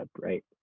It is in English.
right